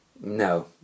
No